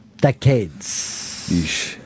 Decades